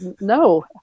no